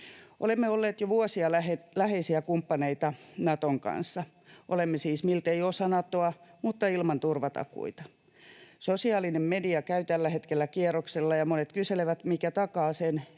Olemme olleet jo vuosia läheisiä kumppaneita Naton kanssa. Olemme siis miltei osa Natoa, mutta ilman turvatakuita. Sosiaalinen media käy tällä hetkellä kierroksilla ja monet kyselevät, mikä takaa sen,